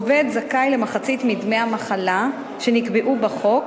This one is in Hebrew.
עובד זכאי למחצית מדמי המחלה שנקבעו בחוק